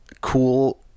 cool